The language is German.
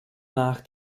nach